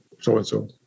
so-and-so